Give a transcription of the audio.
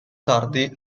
tardi